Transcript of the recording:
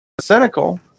cynical